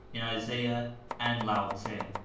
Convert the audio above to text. in isaiah and lao tse?